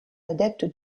adepte